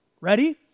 Ready